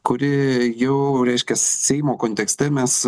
kuri jau reiškias seimo kontekste mes